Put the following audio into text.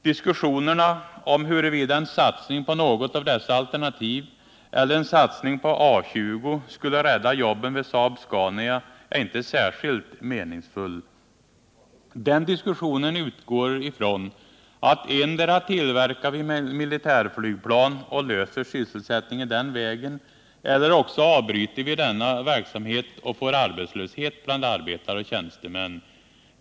Diskussionen om huruvida en satsning på något av dessa alternativ eller en satsning på A 20 skulle rädda jobben vid Saab-Scania är inte särskilt meningsfull. Den diskussionen utgår ifrån att endera tillverkar vi militärflygplan och löser frågan om sysselsättningen den vägen eller också avbryter vi denna verksamhet och får arbetslöshet bland arbetare och tjänstemän.